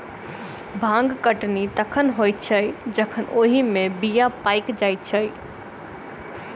भांग कटनी तखन होइत छै जखन ओहि मे बीया पाइक जाइत छै